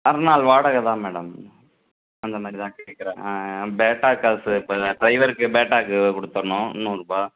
ஒரு நாள் வாடகை தான் மேடம் அந்தமாதிரிதான் கேட்குறாங்க ஆ பேட்டா காசு ஒருத்தவங்க ட்ரைவருக்கு பேட்டா காசு கொடுத்துட்னும் நூறுரூபா